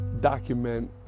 document